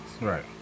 Right